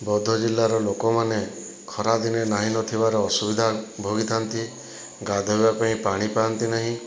ବୌଦ୍ଧ ଜିଲ୍ଲାର ଲୋକମାନେ ଖରାଦିନେ ନାହିଁ ନଥିବାର ଅସୁବିଧା ଭୋଗିଥାନ୍ତି ଗାଧେଇବାପାଇଁ ପାଣି ପାଆନ୍ତିନାହିଁ